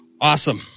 Awesome